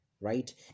right